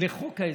לחוק ההסדרים?